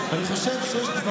ואני חושב שיש דברים,